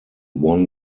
won